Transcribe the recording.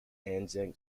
anzac